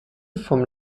vom